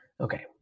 okay